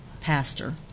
pastor